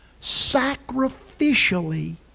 sacrificially